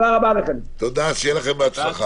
שיהיה לכם בהצלחה.